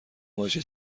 واژه